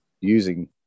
using